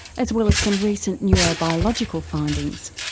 as well as some recent neurobiological findings.